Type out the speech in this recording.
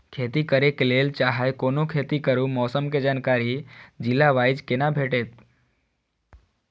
खेती करे के लेल चाहै कोनो खेती करू मौसम के जानकारी जिला वाईज के ना भेटेत?